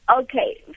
Okay